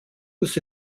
was